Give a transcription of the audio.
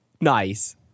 Nice